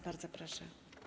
Bardzo proszę.